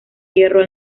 hierro